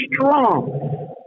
strong